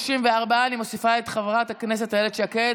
פיצויים שהוטלו על ידי בית משפט צבאי),